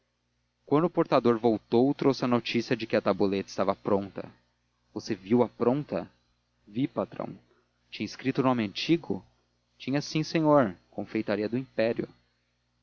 a notícia de que a tabuleta estava pronta você viu-a pronta vi patrão tinha escrito o nome antigo tinha sim senhor confeitaria do império